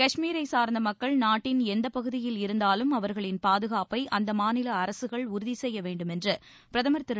கஷ்மீரைச் சார்ந்த மக்கள் நாட்டின் எந்தப்பகுதியில் இருந்தாலும் அவர்களின் பாதுகாப்பை அந்த மாநில அரசுகள் உறுதி செய்ய வேண்டுமென்று பிரதமர் திரு